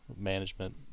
management